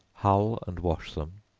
hull and wash them,